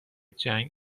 جنگ